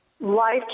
life